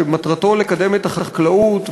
שמטרתו לקדם את החקלאות,